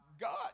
God